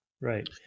right